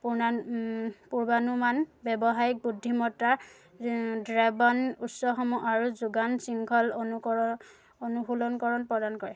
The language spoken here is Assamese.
পুনা পূৰ্বানুমান ব্যৱসায়িক বুদ্ধিমত্ত্বা ড্ৰেবন উচ্চসমূহ আৰু যোগান শৃংখল অনুকৰ অনুসুলনকৰণ প্ৰদান কৰে